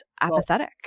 apathetic